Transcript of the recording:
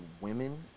women